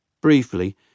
Briefly